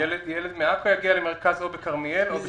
ילד מעכו יגיע למרכז או בכרמיאל או בשלומי.